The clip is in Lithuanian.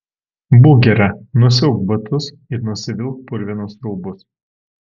būk gera nusiauk batus ir nusivilk purvinus rūbus